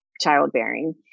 childbearing